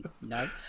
No